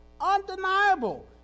undeniable